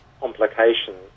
complications